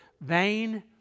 vain